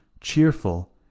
cheerful